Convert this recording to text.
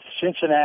Cincinnati